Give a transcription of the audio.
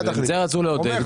את זה רצו לעודד,